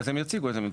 הם יציגו את זה.